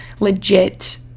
legit